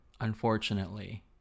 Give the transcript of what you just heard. unfortunately